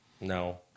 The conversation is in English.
No